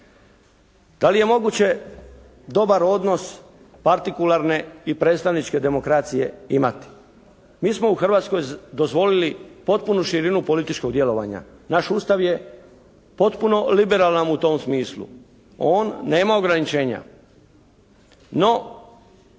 Da li je moguće dobar odnos partikularne i predstavničke demokracije imati? Mi smo u Hrvatskoj dozvolili potpunu širinu političkog djelovanja. Naš Ustav je potpuno liberalan u tom smislu. On nema ograničenja. No